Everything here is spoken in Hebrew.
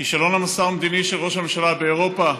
כישלון המסע המדיני של ראש הממשלה באירופה,